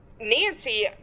Nancy